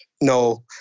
no